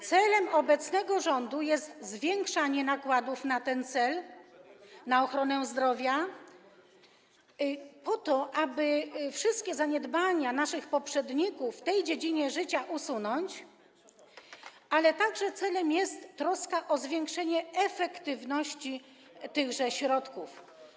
Celem obecnego rządu jest zwiększanie nakładów na ten cel, na ochronę zdrowia, po to aby wszystkie zaniedbania naszych poprzedników w tej dziedzinie życia usunąć, ale rząd troszczy się także o zwiększenie efektywności wykorzystania tychże środków.